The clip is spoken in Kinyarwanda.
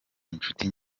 inshuti